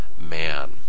man